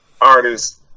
artists